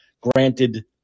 granted